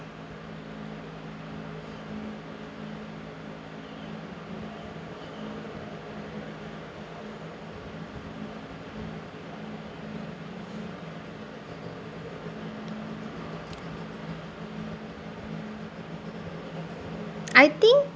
I think